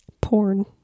porn